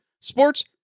Sports